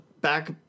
back